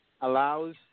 allows